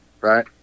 right